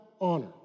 honor